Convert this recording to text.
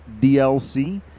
DLC